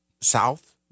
south